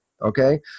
Okay